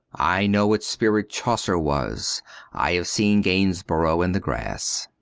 i know what spirit chaucer was i have seen gainsborough and the grass.